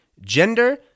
gender